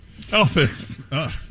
Elvis